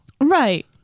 Right